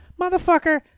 motherfucker